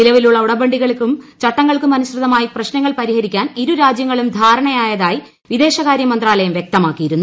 നിലവിലുള്ള ഉടമ്പടികൾക്കും ചട്ടങ്ങൾക്കും അനുസ്യതമായി പ്രശ്നങ്ങൾ പരിഹരിക്കാൻ ഇരു രാജ്യങ്ങളും ധാരണയായതായി വിദേശകാര്യ മന്ത്രാലയും പ്യക്തമാക്കിയിരുന്നു